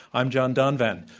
i'm john donvan.